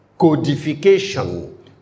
codification